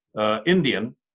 Indian